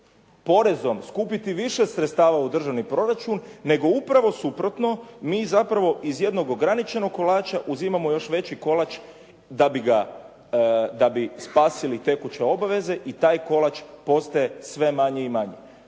porezom skupiti više sredstava u državni proračun, nego upravo suprotno, mi zapravo iz jednog ograničenog kolača uzimamo još veći kolač da bi spasili tekuće obaveze i taj kolač postaje sve manji i manji.